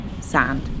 sand